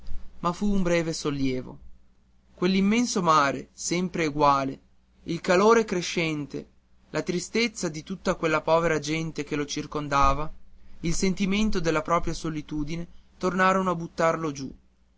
ma fu un breve sollievo quell'immenso mare sempre eguale il calore crescente la tristezza di tutta quella povera gente che lo circondava il sentimento della propria solitudine tornarono a buttarlo giù